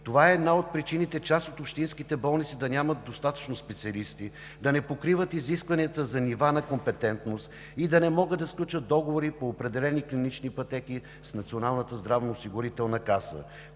Това е една от причините част от общинските болници да нямат достатъчно специалисти, да не покриват изискванията за нивата на компетентност и да не могат да сключат договори по определени клинични пътеки с Националната здравноосигурителна каса,